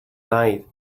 night